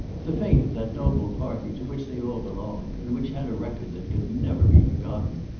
the fate of that noble party to which they all belonged, and which had a record that could never be forgotten,